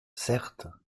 certes